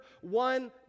one